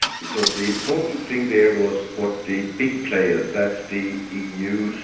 because the important thing there was what the big players, that's the eu,